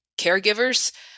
caregivers